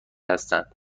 هستند